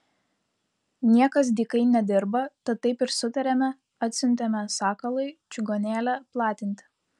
niekas dykai nedirba tad taip ir sutarėme atsiuntėme sakalui čigonėlę platinti